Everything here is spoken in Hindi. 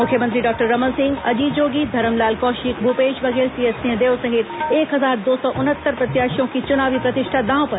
मुख्यमंत्री डॉक्टर रमन सिंह अजीत जोगी धरमलाल कौशिक भूपेश बघेल टीएस सिंहदेव सहित एक हजार दो सौ उनहत्तर प्रत्याशियों की चुनावी प्रतिष्ठा दांव पर